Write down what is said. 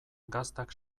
gaztak